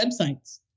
websites